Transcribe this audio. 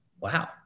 Wow